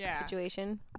situation